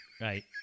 Right